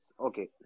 Okay